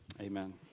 Amen